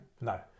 No